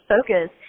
focus